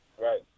Right